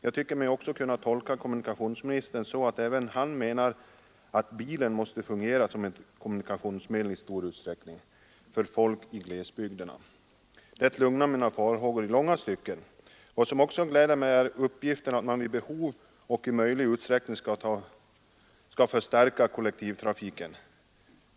Jag tycker mig också kunna tolka kommunikationsministerns svar så, att även han menar att bilen i stor utsträckning måste fungera som ett kommunikationsmedel för människor i glesbygd. Det lugnar mina farhågor i långa stycken vad gäller den lokala trafiken. Vad som också gläder mig är uppgiften att man vid behov och i möjlig utsträckning skall förstärka kollektivtrafiken.